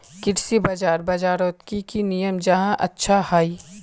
कृषि बाजार बजारोत की की नियम जाहा अच्छा हाई?